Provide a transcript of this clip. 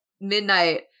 midnight